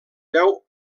veu